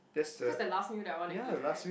because the last meal that want to eat right